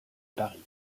paris